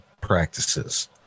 practices